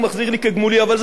אבל זה בסדר גמור.